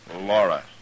Laura